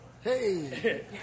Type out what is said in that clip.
hey